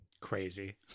Crazy